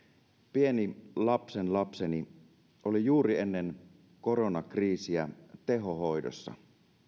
pieni lapsenlapseni oli juuri ennen koronakriisiä tehohoidossa